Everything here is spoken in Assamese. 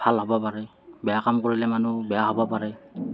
ভাল হ'ব পাৰে বেয়া কাম কৰিলে মানুহ বেয়া হ'ব পাৰে